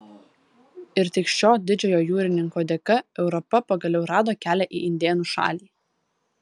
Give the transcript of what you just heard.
ir tik šio didžiojo jūrininko dėka europa pagaliau rado kelią į indėnų šalį